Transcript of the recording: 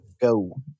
go